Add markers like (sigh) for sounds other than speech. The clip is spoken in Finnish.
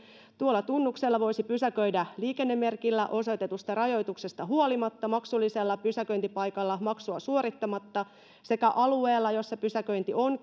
tuolla tunnuksella voisi pysäköidä liikennemerkillä osoitetusta rajoituksesta huolimatta maksullisella pysäköintipaikalla maksua suorittamatta sekä alueella jossa pysäköinti on (unintelligible)